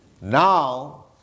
Now